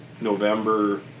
November